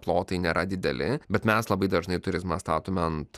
plotai nėra dideli bet mes labai dažnai turizmą statome ant